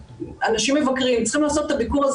אנשים שמבקרים צריכים לעשות את הביקור הזה